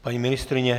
Paní ministryně?